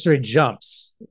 jumps